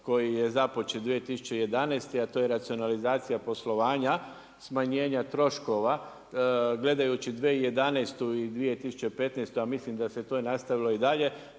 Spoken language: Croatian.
koji je započet 2011.,a to je racionalizacija poslovanja smanjenja troškova. Gledajući 2011. i 2015. a mislim da se to nastavilo i dalje,